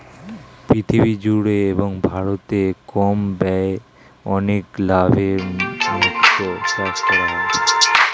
পৃথিবী জুড়ে এবং ভারতে কম ব্যয়ে অনেক লাভে মুক্তো চাষ করা হয়